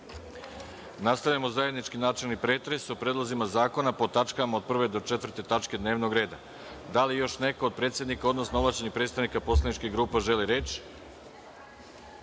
Tošić. Nastavljamo zajednički načelni pretres o predlozima zakona po tačkama od 1. do 4. tačke dnevnog reda. Da li još neko od predsednika, odnosno ovlašćenih predstavnika poslaničkih grupa želi reč? Reč